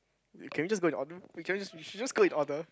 wait can we just go in order can we should just go in order